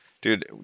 dude